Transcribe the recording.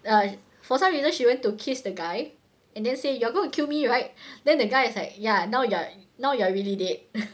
like for some reason she went to kiss the guy and then say you're gonna kill me right then the guy is like ya now you are now you're really dead